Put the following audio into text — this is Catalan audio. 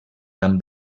amb